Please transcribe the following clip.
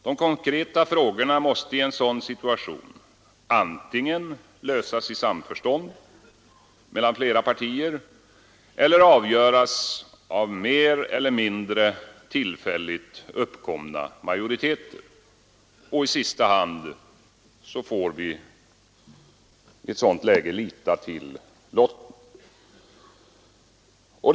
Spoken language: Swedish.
De konkreta frågorna måste i en sådan situation antingen lösas i samförstånd mellan flera partier eller avgöras av mer eller mindre tillfälligt uppkomna majoriteter, och i sista hand får vi lita till lotten.